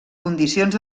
condicions